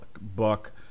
book